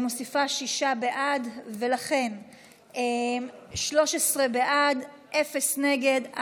אני מוסיפה שישה בעד, ולכן 13 בעד, אין מתנגדים.